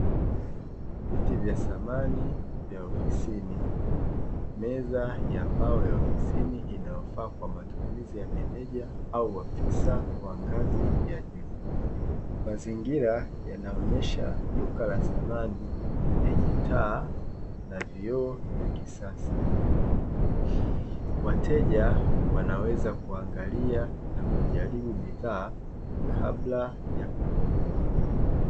Viti vya samani vya ofisini meza ya mbao ya ofisini inayofaa kwa matumizi ya meneja au afisa wa ngazi ya juu, mazingira yanaonyesha duka la samani lenye taa na vioo vya kisasa, wateja wanaweza kuangalia na kujaribu bidhaa kabla ya kununua.